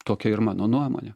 tokia ir mano nuomonė